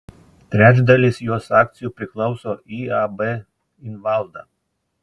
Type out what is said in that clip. trečdalis jos akcijų priklauso iab invalda